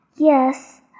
Yes